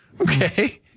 Okay